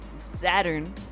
Saturn